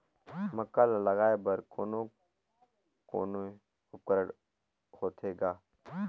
मक्का ला लगाय बर कोने कोने उपकरण होथे ग?